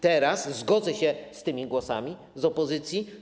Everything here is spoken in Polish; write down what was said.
Teraz zgodzę się z głosami z opozycji.